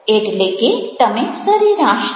એટલે કે તમે સરેરાશ છો